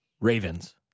Ravens